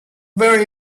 very